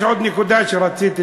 יש עוד נקודה שרציתי,